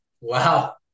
Wow